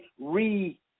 re